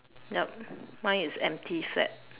yup mine is empty set